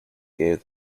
gave